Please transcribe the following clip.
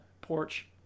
porch